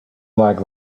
like